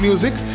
music